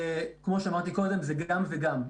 כמו שאמרתי קודם זה גם וגם,